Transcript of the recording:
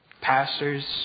pastors